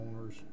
owners